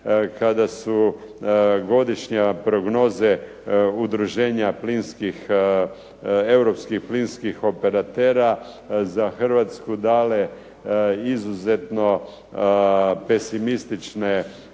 kada su godišnje prognoze Udruženja europskih plinskih operatera za Hrvatsku dale izuzetno pesimistične